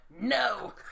no